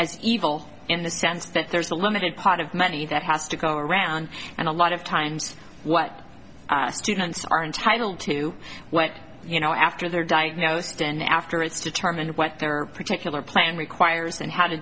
as evil in the sense that there's a limited pot of money that has to go around and a lot of times what students are entitled to what you know after they're diagnosed an after it's determined what their particular plan requires and how to